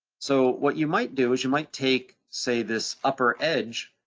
so what you might do is you might take say this upper edge,